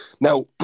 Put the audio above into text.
Now